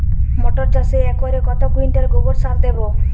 মটর চাষে একরে কত কুইন্টাল গোবরসার দেবো?